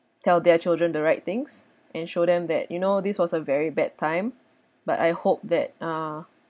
tell their children the right things and show them that you know this was a very bad time but I hope that uh